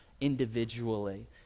individually